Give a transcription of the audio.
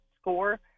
score